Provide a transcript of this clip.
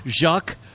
Jacques